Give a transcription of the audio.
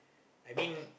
I mean